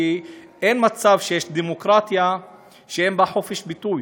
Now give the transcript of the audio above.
כי אין מצב שיש דמוקרטיה שאין בה חופש ביטוי.